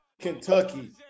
Kentucky